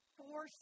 four